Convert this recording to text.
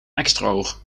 eksteroog